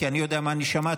כי אני יודע מה אני שמעתי,